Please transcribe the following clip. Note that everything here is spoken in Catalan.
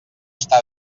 està